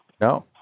No